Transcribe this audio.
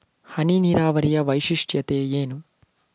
ಹನಿ ನೀರಾವರಿಯ ವೈಶಿಷ್ಟ್ಯತೆ ಏನು?